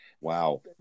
wow